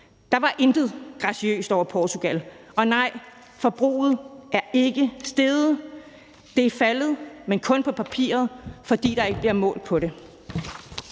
Der var intet graciøst over Portugal. Og nej, forbruget er ikke steget; det er faldet, men kun på papiret, for der bliver ikke målt på det.